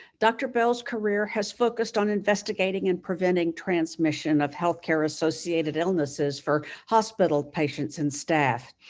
dr. bell's career has focused on investigating and preventing transmission of healthcare-associated illnesses for hospital patients and staff.